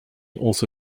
also